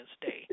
Day